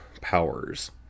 powers